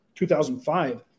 2005